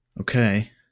Okay